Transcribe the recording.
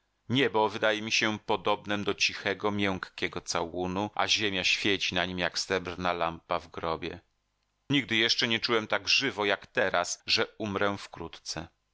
słońca niebo wydaje mi się podobnem do cichego miękkiego całunu a ziemia świeci na nim jak srebrna lampa w grobie nigdy jeszcze nie czułem tak żywo jak teraz że umrę wkrótce